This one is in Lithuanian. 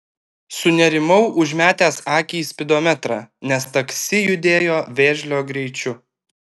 sunerimau užmetęs akį į spidometrą nes taksi judėjo vėžlio greičiu